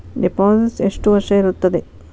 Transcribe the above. Deposit ಎಷ್ಟು ವರ್ಷ ಇರುತ್ತದೆ?